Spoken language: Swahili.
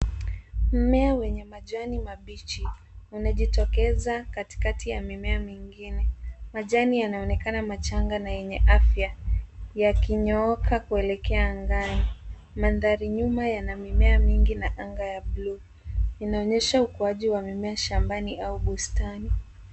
Mmea wenye majani mabichi unajitokeza katikati ya mimea mingine. Majani yanaonekana machanga na yenye afya yakinyooka kuelekea angani. Mandhari nyuma yana mimea mingi na anga ya bluu. Inaonyesha ukuaji wa mimea shambani au bustani.